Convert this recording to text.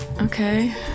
Okay